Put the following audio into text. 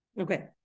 Okay